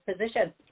position